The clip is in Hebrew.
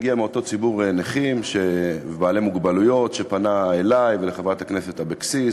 הגיעה מאותו ציבור נכים ובעלי מוגבלויות שפנה אלי ולחברת הכנסת אבקסיס